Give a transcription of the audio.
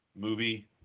movie